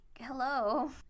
hello